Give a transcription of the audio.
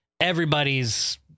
Everybody's